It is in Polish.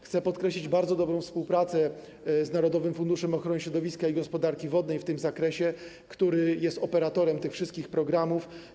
Chcę podkreślić bardzo dobrą współpracę z Narodowym Funduszem Ochrony Środowiska i Gospodarki Wodnej w tym zakresie, który jest operatorem tych wszystkich programów.